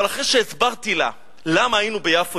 אבל אחרי שהסברתי לה למה היינו ביפו,